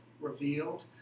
revealed